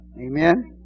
Amen